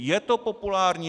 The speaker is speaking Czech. Je to populární.